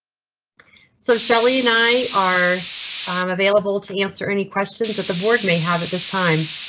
so shelly and i are um available to answer any questions at the board may have at this time.